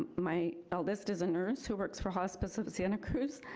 my eldest is a nurse who works for hospice of santa cruz.